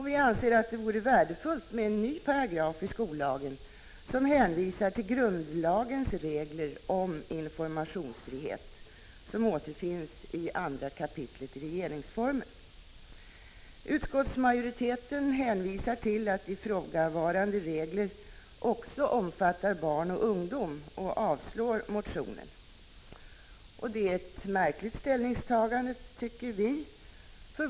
Vi anser att det vore värdefullt med en ny paragraf i skollagen, som hänvisar till grundlagens regler om informationsfrihet i 2 kap. regeringsformen. Utskottsmajoriteten framhåller att ifrågavarande regler också omfattar barn och ungdom och avstyrker motionen. Det är ett märkligt ställningstagande, tycker vi.